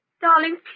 Darling